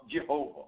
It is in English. Jehovah